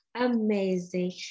amazing